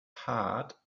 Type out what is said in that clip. heart